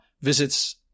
visits